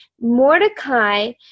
Mordecai